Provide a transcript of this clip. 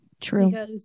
True